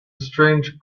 strange